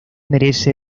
merece